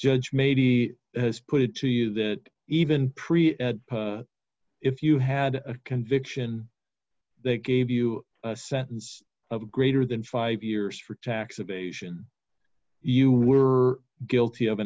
judge maybe has put it to you that even pre if you had a conviction that gave you a sentence of greater than five years for tax evasion you were guilty of